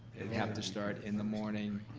they'd have to start in the morning,